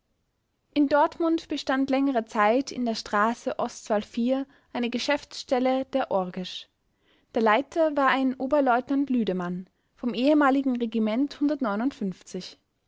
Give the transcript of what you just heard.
in dortmund bestand längere zeit in der straße ostwall eine geschäftsstelle der orgesch der leiter war ein oberleutnant lüdemann vom ehemaligen regiment